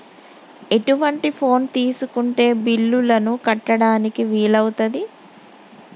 ఎటువంటి ఫోన్ తీసుకుంటే బిల్లులను కట్టడానికి వీలవుతది?